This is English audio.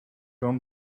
around